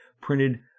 printed